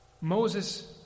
Moses